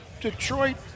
Detroit